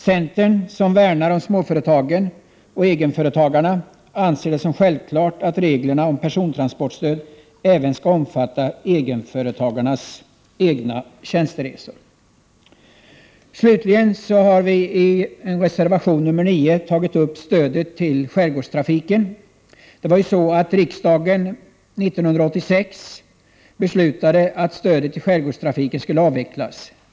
Centern, som värnar om småföretagen och egenföretagarna, anser det som självklart att reglerna om persontransportstöd även skall omfatta egenföretagarnas egna tjänsteresor. Slutligen har vi i reservation nr 9 tagit upp stödet till skärgårdstrafiken. Riksdagen beslutade 1986 att stödet till skärgårdstrafiken skulle avvecklas.